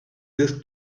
this